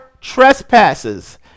trespasses